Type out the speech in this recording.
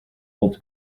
old